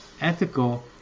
ethical